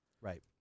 right